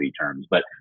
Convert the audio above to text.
terms—but